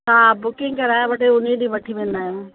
हा बुकिंग कराए वठे उन ॾींहुं वठी वेंदा आहियूं